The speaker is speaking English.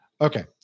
Okay